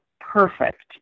perfect